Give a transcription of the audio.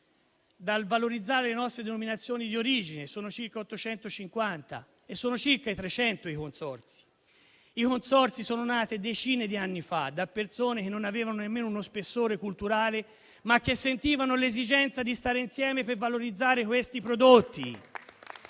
di valorizzare le nostre denominazioni di origine, che sono circa 850. Sono circa 300 i consorzi, nati decine di anni fa da persone che non avevano nemmeno una formazione culturale, ma che sentivano l'esigenza di stare insieme per valorizzare questi prodotti.